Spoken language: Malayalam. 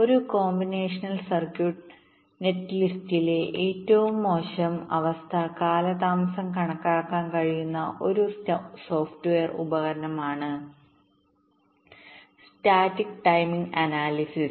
ഒരു കോമ്പിനേഷണൽ സർക്യൂട്ട് നെറ്റ്ലിസ്റ്റിലെ ഏറ്റവും മോശം അവസ്ഥ കാലതാമസം കണക്കാക്കാൻ കഴിയുന്ന ഒരു സോഫ്റ്റ്വെയർ ഉപകരണമാണ് സ്റ്റാറ്റിക് ടൈമിംഗ് അനാലിസിസ്